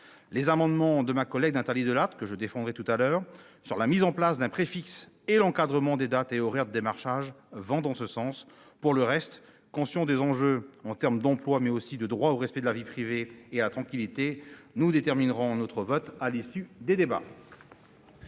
Les amendements de ma collègue Nathalie Delattre, que je défendrai tout à l'heure, portant sur la mise en place d'un préfixe et sur l'encadrement des dates et horaires de démarchage vont dans ce sens. Pour le reste, conscients des enjeux tant en termes d'emploi que de droit au respect de la vie privée et à la tranquillité, nous déterminerons notre vote à l'issue des débats.